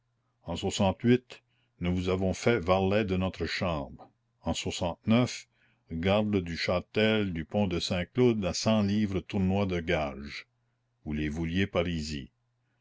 en nous vous avons fait varlet de notre chambre en garde du châtel du pont de saint-cloud à cent livres tournois de gages vous les vouliez parisis